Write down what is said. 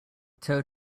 tow